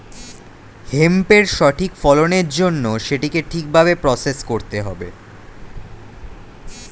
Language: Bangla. হেম্পের সঠিক ফলনের জন্য সেটিকে ঠিক ভাবে প্রসেস করতে হবে